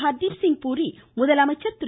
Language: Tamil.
ஹ்தீப்சிங் பூரி முதலமைச்சர் திரு